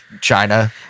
China